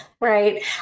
Right